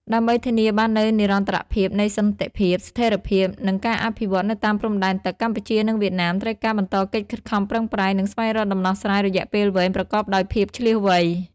ដើម្បីធានាបាននូវនិរន្តរភាពនៃសន្តិភាព ស្ថិរភាព និងការអភិវឌ្ឍន៍នៅតាមព្រំដែនទឹក កម្ពុជា និងវៀតណាម ត្រូវការបន្តកិច្ចខិតខំប្រឹងប្រែង និងស្វែងរកដំណោះស្រាយរយៈពេលវែងប្រកបដោយភាពឈ្លាសវៃ។